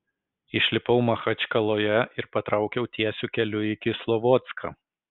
išlipau machačkaloje ir patraukiau tiesiu keliu į kislovodską